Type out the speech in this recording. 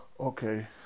Okay